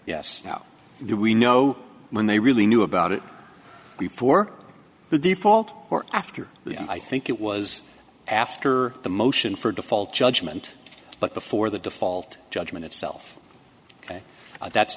yes now do we know when they really knew about it before the default or after the i think it was after the motion for default judgment but before the default judgment itself but that's